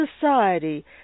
society